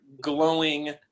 glowing